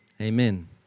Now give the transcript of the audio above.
Amen